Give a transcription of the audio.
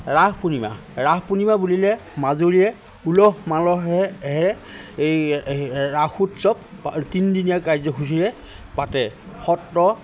ৰাস পূৰ্ণিমা ৰাস পূৰ্ণিমা বুলিলে মাজুলীয়ে উলহ মালহেৰে এই ৰাস উৎসৱ তিনিদিনীয়া কাৰ্যসূচীৰে পাতে সত্ৰ